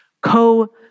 co